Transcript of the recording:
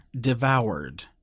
devoured